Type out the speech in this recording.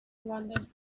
london